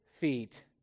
feet